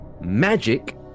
magic